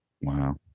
Wow